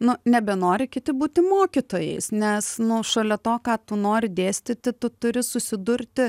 nu nebenori kiti būti mokytojais nes nu šalia to ką tu nori dėstyti tu turi susidurti